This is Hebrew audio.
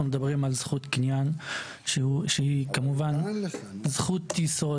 מדברים על זכות קניין שהיא כמובן זכות יסוד,